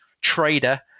trader